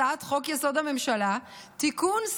הצעת חוק-יסוד: הממשלה (תיקון,